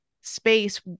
space